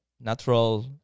natural